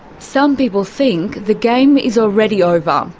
some people think the game is already over, um